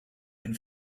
and